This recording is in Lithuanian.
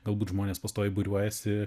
galbūt žmonės pastoviai būriuojasi